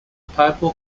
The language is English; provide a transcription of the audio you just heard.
papal